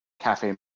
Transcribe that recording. Cafe